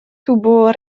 tuvo